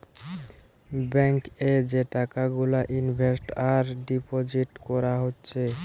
bank এ যে টাকা গুলা ইনভেস্ট আর ডিপোজিট কোরা হচ্ছে